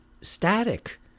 static